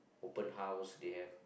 open house they have